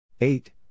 Eight